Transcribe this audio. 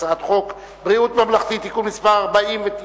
הצעת חוק ביטוח בריאות ממלכתי (תיקון מס' 49),